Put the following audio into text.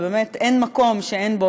באמת אין מקום שאין בו